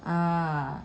uh